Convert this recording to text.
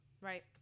right